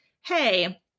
hey